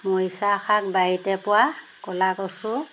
মৰিচা শাক বাৰীতে পোৱা ক'লা কচু